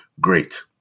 great